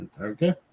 Okay